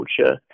culture